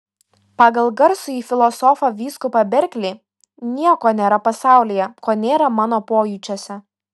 pagal garsųjį filosofą vyskupą berklį nieko nėra pasaulyje ko nėra mano pojūčiuose